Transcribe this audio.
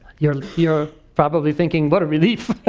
you're you're probably thinking, what a relief!